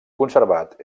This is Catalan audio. conservat